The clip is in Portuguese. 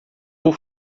por